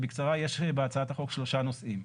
יש בהצעת החוק שלושה נושאים.